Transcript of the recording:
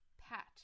pat